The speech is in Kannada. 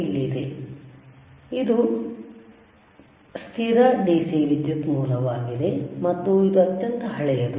ಇದು ಬಲ ಸ್ಥಿರ DC ವಿದ್ಯುತ್ ಮೂಲವಾಗಿದೆ ಮತ್ತು ಇದು ಅತ್ಯಂತ ಹಳೆಯದು